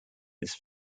this